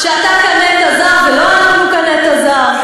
כי אתה חושב שכשהוקמה מדינת ישראל,